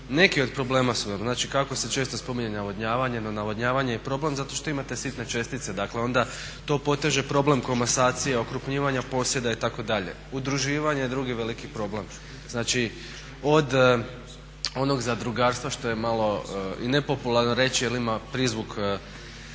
Neki od problema su znači, kako se često spominje navodnjavanje, no navodnjavanje je problem zato što imate sitne čestice. Dakle, onda to poteže problem komasacije i okrupnjivanja posjeda itd. Udruživanje je drugi veliki problem. Znači, od onog zadrugarstva što je malo i nepopularno reći jer ima prizvuk